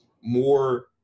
more